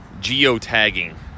Geo-tagging